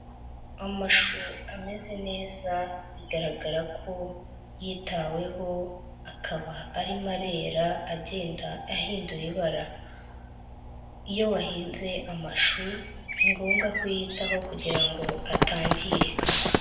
Amashu ameze neza bigaragara ko yitaweho, akaba ari marera agenda ahindura ibara. Iyo wahinze amashu, ni ngombwa kuyitaho kugira ngo atangirika.